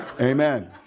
amen